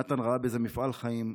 נתן ראה בזה מפעל חיים,